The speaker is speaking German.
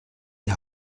die